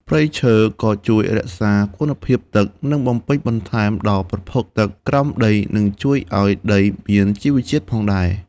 ព្រៃឈើក៏ជួយរក្សាគុណភាពទឹក និងបំពេញបន្ថែមដល់ប្រភពទឹកក្រោមដីនិងជួយឲ្យដីមានជីជាតិផងដែរ។